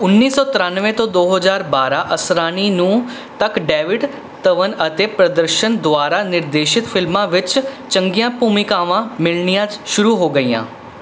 ਉੱਨੀ ਸੌ ਤਰਾਨਵੇਂ ਤੋਂ ਦੋ ਹਜ਼ਾਰ ਬਾਰ੍ਹਾਂ ਅਸਰਾਨੀ ਨੂੰ ਤੱਕ ਡੇਵਿਡ ਧਵਨ ਅਤੇ ਪ੍ਰਦਰਸ਼ਨ ਦੁਆਰਾ ਨਿਰਦੇਸ਼ਿਤ ਫਿਲਮਾਂ ਵਿੱਚ ਚੰਗੀਆਂ ਭੂਮਿਕਾਵਾਂ ਮਿਲਣੀਆਂ ਸ਼ੁਰੂ ਹੋ ਗਈਆਂ